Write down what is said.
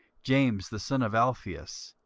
james the son of alphaeus,